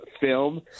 film